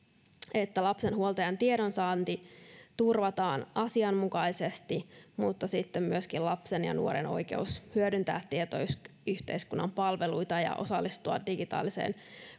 että lapsen huoltajan tiedonsaanti turvataan asianmukaisesti mutta sitten myöskin lapsen ja nuoren oikeus hyödyntää tietoyhteiskunnan palveluita ja osallistua digitaaliseen